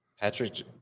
Patrick